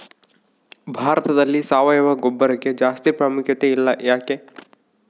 ಭಾರತದಲ್ಲಿ ಸಾವಯವ ಗೊಬ್ಬರಕ್ಕೆ ಜಾಸ್ತಿ ಪ್ರಾಮುಖ್ಯತೆ ಇಲ್ಲ ಯಾಕೆ?